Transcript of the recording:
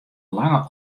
lange